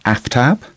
Aftab